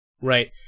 right